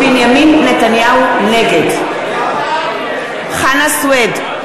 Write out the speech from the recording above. נתניהו, נגד חנא סוייד,